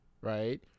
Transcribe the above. right